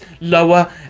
lower